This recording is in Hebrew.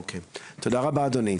אוקיי, תודה רבה לך אדוני.